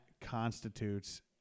constitutes